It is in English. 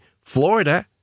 Florida